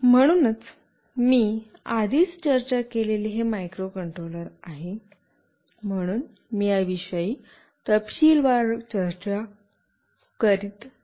म्हणूनच मी आधीच चर्चा केलेले हे मायक्रोकंट्रोलर आहे म्हणून मी याविषयी तपशीलवार चर्चा करीत नाही